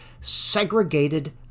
segregated